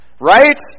right